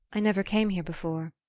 i never came here before.